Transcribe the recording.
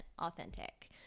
authentic